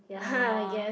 ya I guess